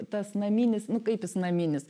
tas naminis nu kaip jis naminis